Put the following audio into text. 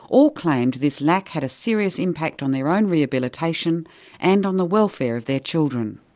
all claimed this lack had a serious impact on their own rehabilitation and on the welfare of their children.